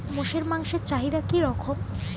মোষের মাংসের চাহিদা কি রকম?